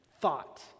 thought